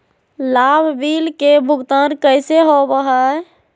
लाभ बिल के भुगतान कैसे होबो हैं?